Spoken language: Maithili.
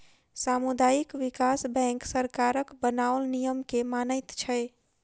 सामुदायिक विकास बैंक सरकारक बनाओल नियम के मानैत छै